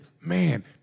man